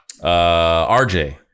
RJ